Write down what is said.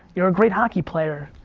you're a great hockey player.